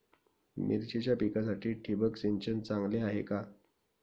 मिरचीच्या पिकासाठी ठिबक सिंचन चांगले आहे का?